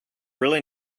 really